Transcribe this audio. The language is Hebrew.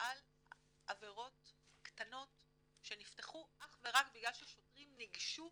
על עבירות קטנות שנפתחו אך ורק בגלל ששוטרים ניגשו